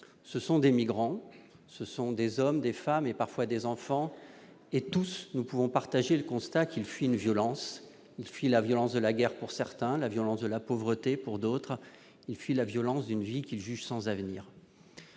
Ce sont des migrants : ce sont des hommes, des femmes et, parfois, des enfants. Nous pouvons tous partager le constat qu'ils fuient une violence : la violence de la guerre pour certains ; la violence de la pauvreté pour d'autres. Ils fuient la violence d'une vie qu'ils jugent sans avenir.